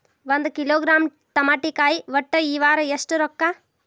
ಒಂದ್ ಕಿಲೋಗ್ರಾಂ ತಮಾಟಿಕಾಯಿ ಒಟ್ಟ ಈ ವಾರ ಎಷ್ಟ ರೊಕ್ಕಾ?